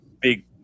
big